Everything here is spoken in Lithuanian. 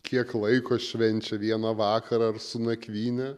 kiek laiko švenčia vieną vakarą ar su nakvyne